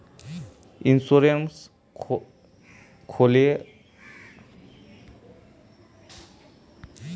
Insurance खोले की की लगाबे?